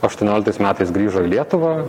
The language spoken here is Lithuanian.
aštuonioliktais metais grįžo į lietuvą